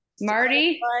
marty